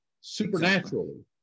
supernaturally